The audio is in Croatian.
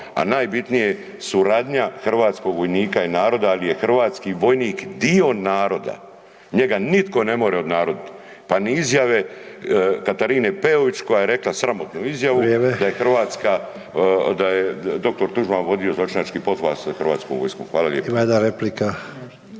a najbitnije je suradnja hrvatskog vojnika i naroda, ali je hrvatski vojnik dio naroda. Njega nitko ne može od naroda pa ni izjave Katarine Peović koja je rekla sramotnu izjavu da je Hrvatska, da je dr. Tuđman vodio zločinački pothvat sa Hrvatskom vojskom. … (Upadica